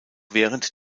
während